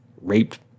raped